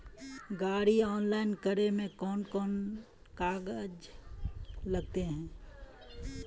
गाड़ी ऑनलाइन करे में कौन कौन कागज लगते?